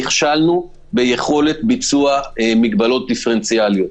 נכשלנו ביכולת ביצוע מגבלות דיפרנציאליות.